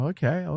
Okay